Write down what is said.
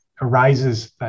arises